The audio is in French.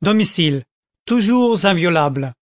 domicile toujours inviolable